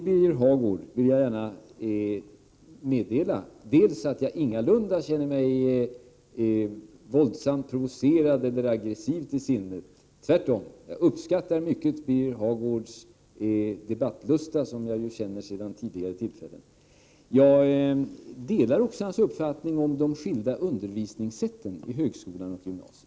Birger Hagård vill jag gärna meddela dels att jag ingalunda känner mig våldsamt provocerad eller aggressiv till sinnet — tvärtom, jag uppskattar mycket Birger Hagårds debattlusta som jag ju känner sedan tidigare —, dels att jag delar hans uppfattning om de skilda undervisningssätten vid högskolan resp. gymnasiet.